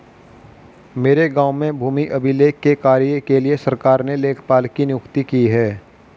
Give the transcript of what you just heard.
मेरे गांव में भूमि अभिलेख के कार्य के लिए सरकार ने लेखपाल की नियुक्ति की है